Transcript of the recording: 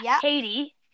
Katie